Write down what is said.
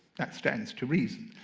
that stands to reason.